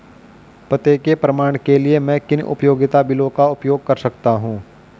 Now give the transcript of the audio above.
पते के प्रमाण के लिए मैं किन उपयोगिता बिलों का उपयोग कर सकता हूँ?